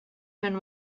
been